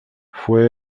fue